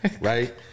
Right